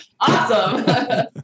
Awesome